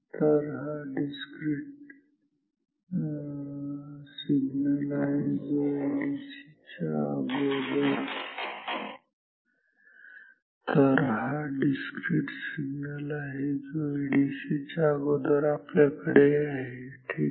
तर हा discrete signal आहे जो एडीसी च्या अगोदर आपल्याकडे आहे ठीक आहे